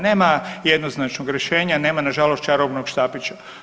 Nema jednoznačnog rješenja, nema nažalost čarobnog štapića.